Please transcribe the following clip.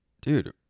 dude